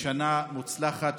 שנה מוצלחת,